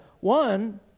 one